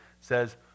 says